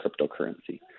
cryptocurrency